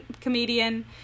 comedian